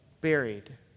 buried